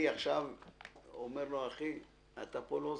עכשיו אומר לו, אחי, אתה פה לא זז,